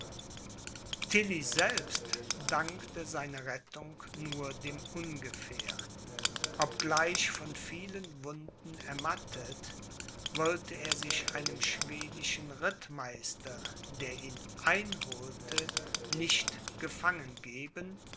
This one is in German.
selbst dankte seine rettung nur dem ungefähr obgleich von vielen wunden ermattet wollte er sich einem schwedischen rittmeister der ihn einholte nicht gefangen geben